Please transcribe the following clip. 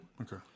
okay